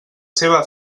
seva